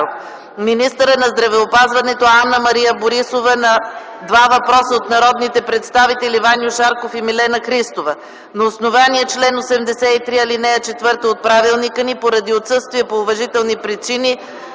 Министърът на здравеопазването Анна-Мария Борисова – на два въпроса от народните представители Ваньо Шарков и Милена Христова. На основание чл. 83, ал. 4 от правилника ни, поради отсъствие по уважителни причини